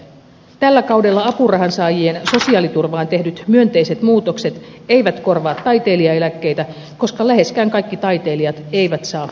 tällä kaudella apurahansaajien sosiaaliturvaan tehdyt myönteiset muutokset eivät korvaa taiteilijaeläkkeitä koska läheskään kaikki taiteilijat eivät saa apurahoja